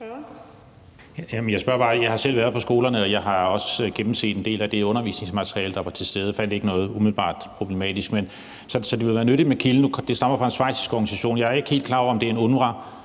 Jeg har selv været på skolerne, og jeg har også gennemset en del af det undervisningsmateriale, der var til stede, og fandt ikke noget, der umiddelbart var problematisk. Så det ville være nyttigt med kilden. Det stammer fra en schweizisk organisation. Jeg er ikke helt klar over, om det er en